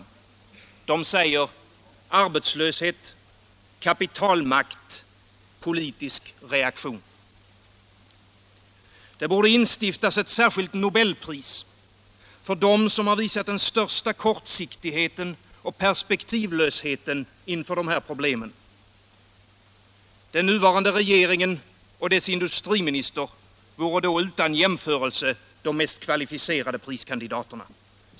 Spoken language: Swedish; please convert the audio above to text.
De säger: arbetslöshet, kapitalmakt, politisk reaktion. Det borde instiftas ett särskilt Nobelpris för dem som visat största kortsiktigheten och perspektivlösheten inför problemen. Regeringen och dess industriminister vore då utan jämförelse kvalificerade priskandidater.